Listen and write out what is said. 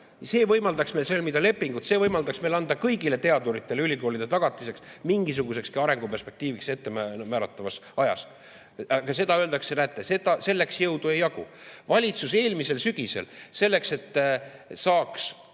See võimaldaks meil sõlmida lepingud, see võimaldaks meil anda kõigile teaduritele ülikoolide tagatis mingisugusekski arenguperspektiiviga ettemääratavaks ajaks. Selle kohta öeldakse: näete, selleks jõudu ei jagu. Millise seaduse alusel tegutses